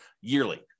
yearly